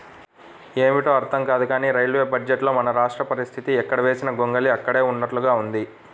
ఏమిటో అర్థం కాదు కానీ రైల్వే బడ్జెట్లో మన రాష్ట్ర పరిస్తితి ఎక్కడ వేసిన గొంగళి అక్కడే ఉన్నట్లుగా ఉంది